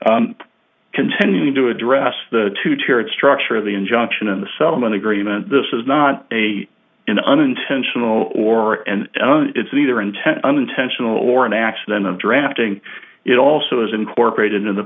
continuing to address the two tiered structure of the injunction in the settlement agreement this is not a an unintentional or and it's an either intent unintentional or an accident of drafting it also is incorporated in the